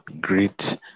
great